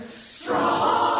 strong